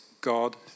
God